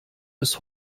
ist